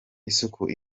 isuku